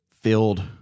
filled